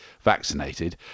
vaccinated